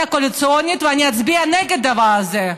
הקואליציונית ואני אצביע נגד הדבר הזה.